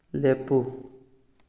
ꯂꯦꯞꯄꯨ